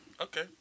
Okay